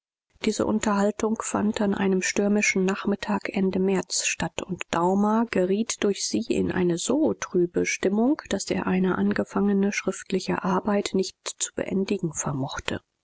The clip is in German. diese unterhaltung fand an einem stürmischen nachmittag ende märz statt und daumer geriet durch sie in eine so trübe stimmung daß er eine angefangene schriftliche arbeit nicht zu beendigen vermochte